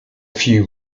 few